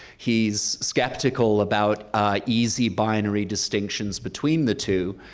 he's skeptical about easy binary distinctions between the two,